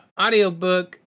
audiobook